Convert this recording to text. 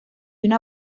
una